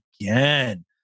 again